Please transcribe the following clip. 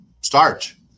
starch